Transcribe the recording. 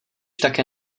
také